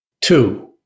Two